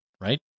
right